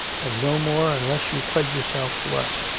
and no more unless you pledge yourself to us.